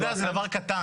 אתה יודע, זה דבר קטן.